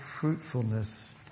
fruitfulness